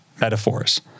metaphors